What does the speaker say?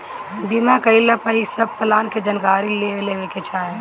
बीमा कईला पअ इ सब प्लान के जानकारी ले लेवे के चाही